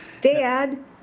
Dad